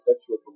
sexual